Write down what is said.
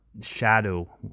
shadow